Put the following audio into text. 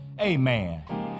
amen